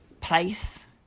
place